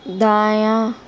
دایاں